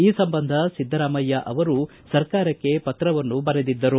ಈ ಸಂಬಂಧ ಸಿದ್ದರಾಮಯ್ಹ ಅವರು ಸರ್ಕಾರಕ್ಕೆ ಪತ್ರವನ್ನೂ ಬರೆದಿದ್ದರು